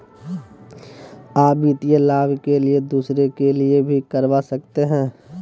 आ वित्तीय लाभ के लिए दूसरे के लिए भी करवा सकते हैं?